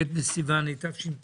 ב' בסיון התשפ"ו,